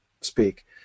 speak